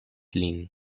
lin